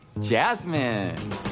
Jasmine